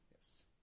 Yes